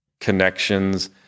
connections